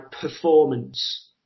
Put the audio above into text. performance